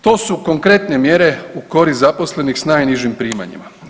To su konkretne mjere u korist zaposlenih s najnižim primanjima.